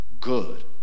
good